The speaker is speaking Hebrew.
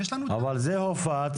זה הופץ.